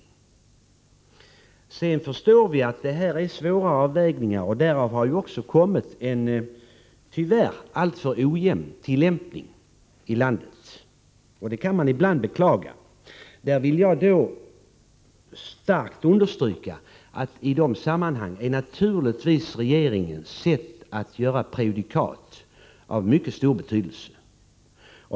Vi förstår att det här är fråga om svåra avvägningar och att tillämpningen därför tyvärr varit mycket ojämn i landet. Det kan man ibland beklaga. Där vill jag starkt understryka att regeringens prejudikat i det sammanhanget är av mycket stor betydelse.